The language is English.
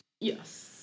Yes